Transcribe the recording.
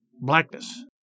Blackness